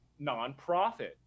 nonprofit